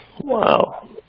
Wow